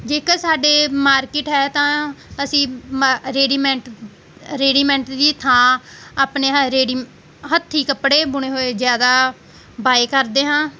ਜੇਕਰ ਸਾਡੇ ਮਾਰਕੀਟ ਹੈ ਤਾਂ ਅਸੀਂ ਮਾ ਰੇਡੀਮੈਂਟ ਰੇਡੀਮੈਂਟ ਦੀ ਥਾਂ ਆਪਣੇ ਹ ਰੇਡੀ ਹੱਥੀਂ ਕੱਪੜੇ ਬੁਣੇ ਹੋਏ ਜ਼ਿਆਦਾ ਬਾਏ ਕਰਦੇ ਹਾਂ